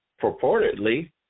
Purportedly